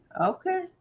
Okay